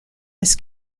his